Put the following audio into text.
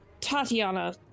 tatiana